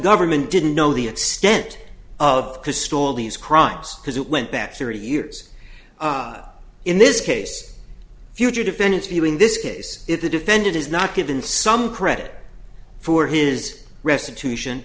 government didn't know the extent of to store all these crimes because it went back thirty years in this case future defendants heeling this case if the defendant is not given some credit for his restitution